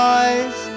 eyes